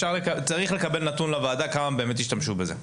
צריך לקבל לוועדה נתון כמה באמת השתמשו בזה,